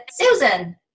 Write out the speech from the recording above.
Susan